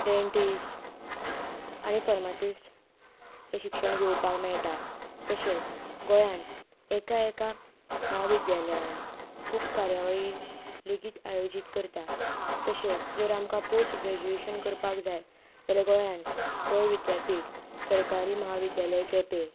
dentist आनी pharmacist हें शिक्षण घेवपाक मेळटा तशेंच गोंयांत एका एका महाविद्यालयांत खूब कार्यावळी लेगीत आयोजीत करता तशेंच जर आमकां पॉस्ट ग्रेज्युएशन करपाक जाय जाल्यार गोंयांत गोंय विद्यापीठ सरकारी महाविद्यालय केपें